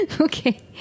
Okay